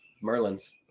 Merlin's